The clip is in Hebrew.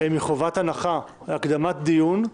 מחובת הנחה להקדמת דיון,